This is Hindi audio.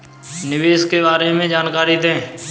निवेश के बारे में जानकारी दें?